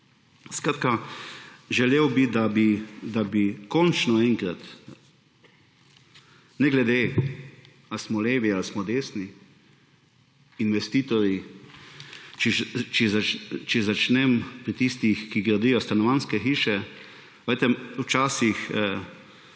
Skratka, želel bi, da bi končno enkrat, ne glede, ali smo levi ali smo desni, investitorji, če začnem pri tistih, ki gradijo stanovanjske hiše,